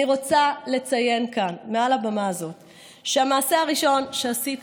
אני רוצה לציין כאן מעל לבמה הזאת שהמעשה הראשון שעשיתי